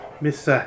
Miss